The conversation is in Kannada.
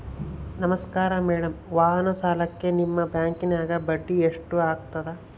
ನಮಸ್ಕಾರ ಮೇಡಂ ವಾಹನ ಸಾಲಕ್ಕೆ ನಿಮ್ಮ ಬ್ಯಾಂಕಿನ್ಯಾಗ ಬಡ್ಡಿ ಎಷ್ಟು ಆಗ್ತದ?